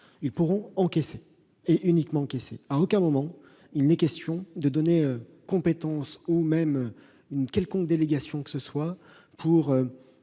Ils pourront encaisser, et uniquement cela. À aucun moment, il n'est question de leur donner compétence ou même une quelconque délégation pour